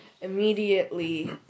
immediately